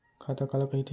खाता काला कहिथे?